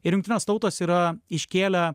ir jungtinės tautos yra iškėlę